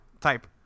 type